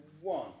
one